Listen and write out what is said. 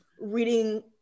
reading